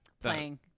playing